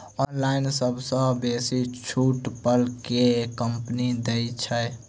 Online सबसँ बेसी छुट पर केँ कंपनी दइ छै?